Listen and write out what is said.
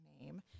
name